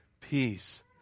Peace